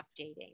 updating